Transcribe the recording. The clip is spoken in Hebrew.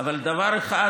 אבל דבר אחד,